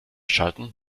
schalten